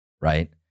right